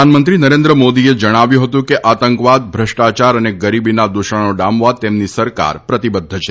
પ્રધાનમંત્રી નરેન્દ્ર મોદીએ જણાવ્યું હતું કે આતંકવાદ ભ્રષ્ટાચાર અને ગરીબીના દુષણો ડામવા તેમની સરકાર પ્રતિબધ્ધ છે